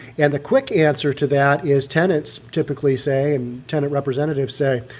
and the quick answer to that is tenants typically say and tenant representatives say,